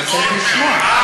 אתה צריך לשמוע.